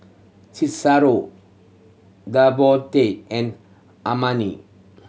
Cicero Davonte and Amani